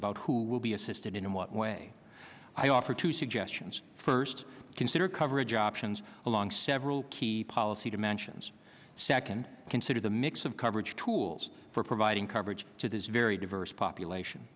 about who will be assisted in what way i offer two suggestions first consider coverage options along several key policy dimensions second consider the mix of coverage tools for providing coverage to this very diverse population